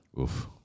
Oof